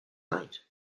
night